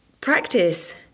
practice